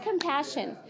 compassion